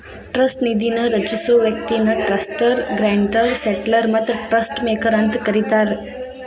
trust ನಿಧಿನ ರಚಿಸೊ ವ್ಯಕ್ತಿನ ಟ್ರಸ್ಟರ್ ಗ್ರಾಂಟರ್ ಸೆಟ್ಲರ್ ಮತ್ತ ಟ್ರಸ್ಟ್ ಮೇಕರ್ ಅಂತ ಕರಿತಾರ